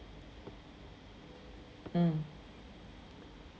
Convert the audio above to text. mm